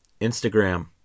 Instagram